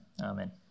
Amen